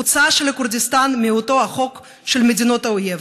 הוצאה של כורדיסטן מאותו חוק של מדינות האויב.